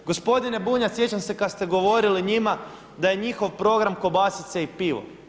Gospodine Bunjac, sjećam se kad ste govorili njima da je njihov program kobasice i pivo.